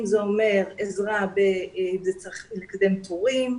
אם זה אומר עזרה בקידום תורים,